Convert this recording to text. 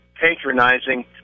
patronizing